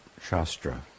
Shastra